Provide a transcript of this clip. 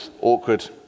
Awkward